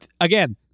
Again